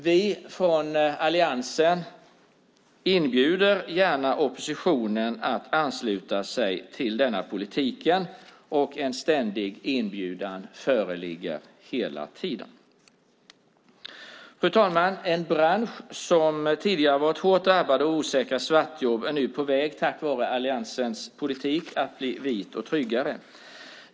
Vi från alliansen inbjuder gärna oppositionen att ansluta sig till denna politik. En ständig inbjudan föreligger. Fru talman! En bransch som tidigare har varit hårt drabbad av osäkra svartjobb är nu tack vare alliansens politik på väg att bli vit och tryggare.